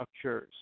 occurs